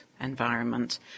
Environment